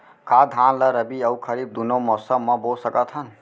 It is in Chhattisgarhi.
का धान ला रबि अऊ खरीफ दूनो मौसम मा बो सकत हन?